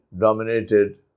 dominated